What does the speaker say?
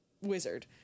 Wizard